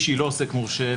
שהיא לא עוסק מורשה,